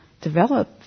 develop